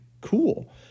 Cool